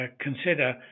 consider